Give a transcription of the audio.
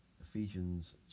Ephesians